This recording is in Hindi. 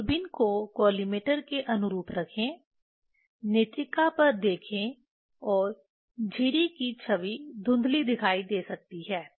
दूरबीन को कॉलिमेटर के अनुरूप रखें नेत्रिका पर देखें और झिरी की छवि धुंधली दिखाई दे सकती है